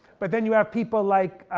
but then you have people like,